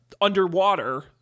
underwater